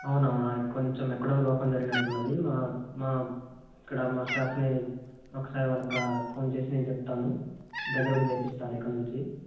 అవునవునా కొంచెం ఎక్కడో లోపం జరిగినట్టున్నది మా మా ఇక్కడ మా స్టాఫ్ని ఒకసారి వాళ్ళ ఫోన్ చేసి నేను చెప్తా దగ్గరుండి చేపిస్తాను ఇక నుంచీ